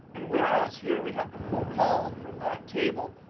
and whereas here we have the full column from that table,